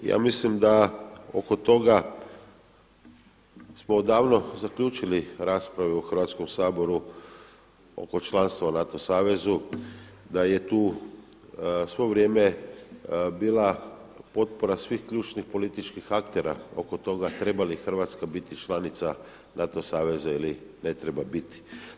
Ja mislim da oko toga smo odavno zaključili rasprave u Hrvatskom saboru oko članstva u NATO savezu, da je tu svo vrijeme bila potpora svih ključnih političkih aktera oko toga treba li Hrvatska biti članica NATO saveza ili ne treba biti.